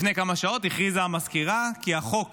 לפני כמה שעות הכריזה המזכירה כי החוק